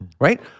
right